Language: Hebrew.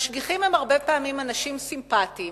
הרבה פעמים המשגיחים הם אנשים סימפתיים,